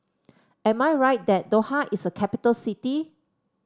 am I right that Doha is a capital city